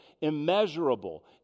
immeasurable